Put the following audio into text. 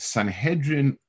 Sanhedrin